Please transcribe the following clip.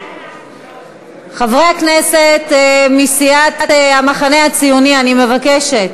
חברי הכנסת מסיעת המחנה הציוני, אני מבקשת.